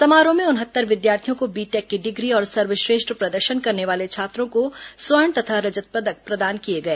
समारोह में उनहत्तर विद्यार्थियों को बीटेक की डिग्री और सर्वश्रेष्ठ प्रदर्शन करने वाले छात्रों को स्वर्ण तथा रजत पदक प्रदान किए गए